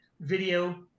video